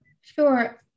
Sure